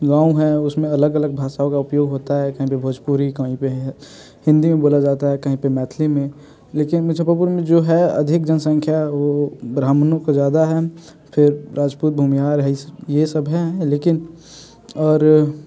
गाँव हैं उसमें अलग अलग भाषाओं का उपयोग होता है कहीं पे भोजपुरी कहीं पे हिंदी में बोला जाता है कहीं पे मैथिली में लेकिन मुजफ्फपुर में जो है अधिक जनसंख्या वो ब्राह्मणों का ज़्यादा है फिर राजपूत भूमिहार है ये सब हैं लेकिन और